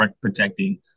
protecting